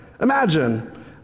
imagine